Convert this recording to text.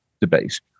debate